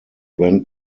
went